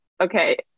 okay